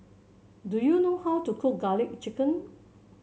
do you know how to cook garlic chicken